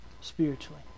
Spiritually